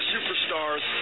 Superstars